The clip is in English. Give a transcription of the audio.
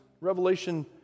Revelation